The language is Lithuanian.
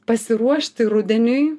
pasiruošti rudeniui